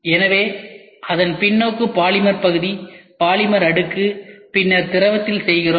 எனவே அதன் பின்னோக்கு பாலிமர் பகுதி பாலிமர் அடுக்கு பின்னர் திரவத்தில் செய்கிறோம்